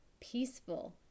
peaceful